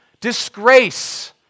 disgrace